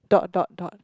dot dot dot